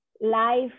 life